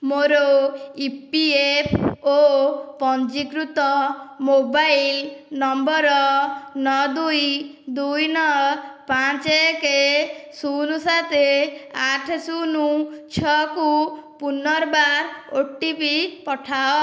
ମୋର E P F O ପଞ୍ଜୀକୃତ mobile number ନଅ ଦୁଇ ଦୁଇ ନଅ ପାଞ୍ଚ ଏକ ଶୂନ ସାତ ଆଠ ଶୂନ ଛଅକୁ ପୁନର୍ବାର ଓ ଟି ପି ପଠାଅ